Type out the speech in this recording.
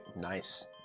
Nice